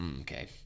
Okay